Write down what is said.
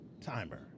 timer